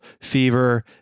fever